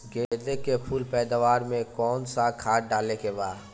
गेदे के फूल पैदवार मे काउन् सा खाद डाले के बा?